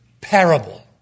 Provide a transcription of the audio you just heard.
parable